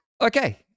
Okay